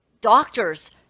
doctors